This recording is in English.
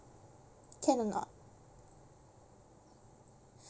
can or not